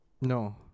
No